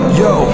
yo